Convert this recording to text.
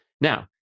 Now